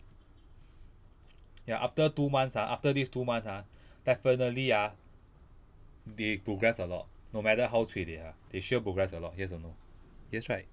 ya after two months ah after these two months ah definitely ah we progress a lot no matter how cui they are they sure progress a lot yes or no yes right